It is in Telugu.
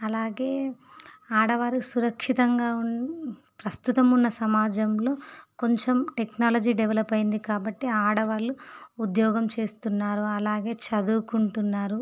అలాగే ఆడవారు సురక్షితంగా ఉన్ ప్రస్తుతం ఉన్న సమాజంలో కొంచెం టెక్నాలజీ డెవలప్ అయింది కాబట్టి ఆడవాళ్ళు ఉద్యోగం చేస్తున్నారు అలాగే చదువుకుంటున్నారు